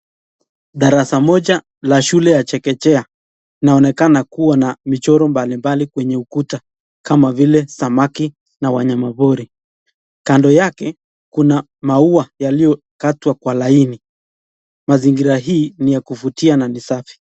Darasa moja la shule ya chekechea inaonekana kuwa na michoro mbalimbali kwenye ukuta kama vile samaki na wanyama pori. Kando yake kuna maua yaliyokatwa kwa laini. Mazingira hii ni ya kuvutia na ni safi.